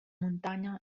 muntanya